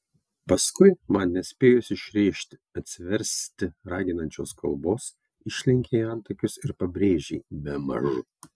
paskui man nespėjus išrėžti atsiversti raginančios kalbos išlenkei antakius ir pabrėžei bemaž